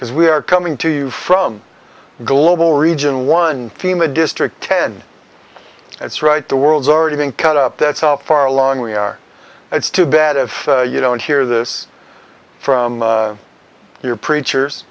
because we are coming to you from a global region one team a district ten that's right the world's already being cut up that's how far along we are it's too bad if you don't hear this from your preacher